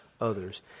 others